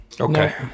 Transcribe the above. Okay